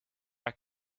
back